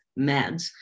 meds